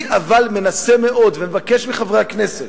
אבל אני מנסה מאוד, ומבקש מחברי הכנסת,